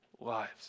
lives